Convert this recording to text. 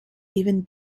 even